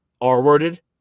R-worded